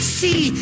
see